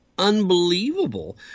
unbelievable